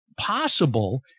possible